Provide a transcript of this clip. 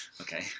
okay